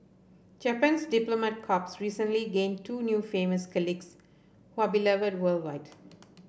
japan's diplomat corps recently gained two new famous colleagues who are beloved worldwide